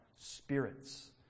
spirits